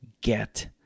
get